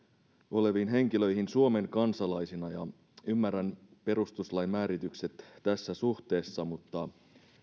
oleviin henkilöihin suomen kansalaisina ja ymmärrän perustuslain määritykset tässä suhteessa mutta